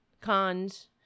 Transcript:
cons